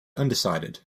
undecided